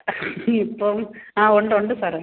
ഇപ്പം ആ ഉണ്ട് ഉണ്ട് സാറേ